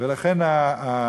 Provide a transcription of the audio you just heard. ועל כך הערכתי